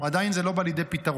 עדיין זה לא בא לידי פתרון.